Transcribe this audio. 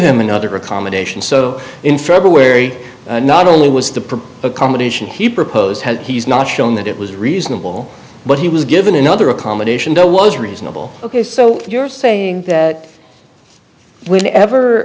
him another accommodation so in february not only was the accommodation he proposed he's not shown that it was reasonable but he was given another accommodation that was reasonable ok so you're saying that when ever